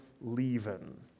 leaving